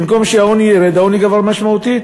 במקום שהעוני ירד העוני גבר משמעותית.